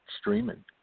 streaming